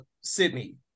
sydney